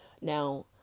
Now